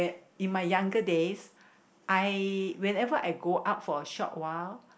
in my younger days I whenever I go out for a short while